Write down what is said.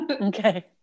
Okay